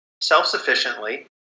self-sufficiently